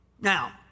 Now